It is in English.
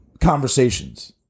conversations